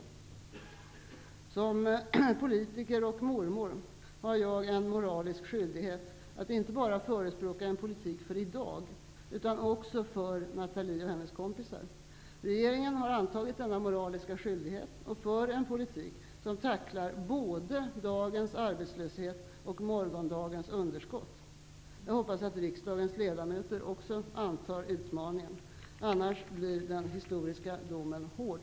Som politiker och mormor har jag en moralisk skyldighet att inte bara förespråka en politik för i dag, utan också för Nathalie och hennes kompisar. Regeringen har antagit denna moraliska skyldighet och för en politik som tacklar både dagens arbetslöshet och morgondagens underskott. Jag hoppas att riksdagens ledamöter också antar utmaningen, annars blir den historiska domen hård.